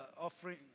offering